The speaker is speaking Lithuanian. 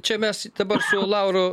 čia mes dabar su lauru